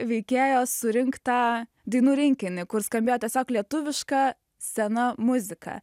veikėjo surinktą dainų rinkinį kur skambėjo tiesiog lietuviška sena muzika